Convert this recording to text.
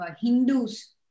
Hindus